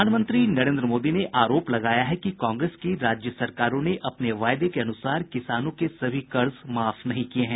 प्रधानमंत्री नरेन्द्र मोदी ने आरोप लगाया है कि कांग्रेस की राज्य सरकारों ने अपने वादे के अनुसार किसानों के सभी कर्ज माफ नहीं किए हैं